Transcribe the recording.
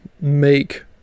make